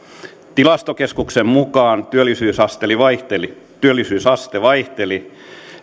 tilastokeskuksen mukaan työllisyysaste vaihteli työllisyysaste vaihteli